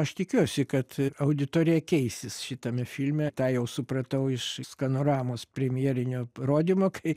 aš tikiuosi kad auditorija keisis šitame filme tą jau supratau iš skanoramos premjerinio rodymo kai